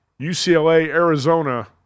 UCLA-Arizona